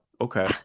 Okay